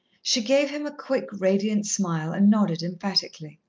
she gave him a quick, radiant smile, and nodded emphatically.